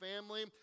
family